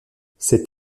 cet